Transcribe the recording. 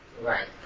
Right